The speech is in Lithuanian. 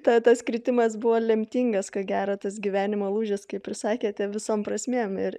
ta tas kritimas buvo lemtingas ko gero tas gyvenimo lūžis kaip prisakėte visom prasmėm ir